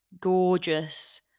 gorgeous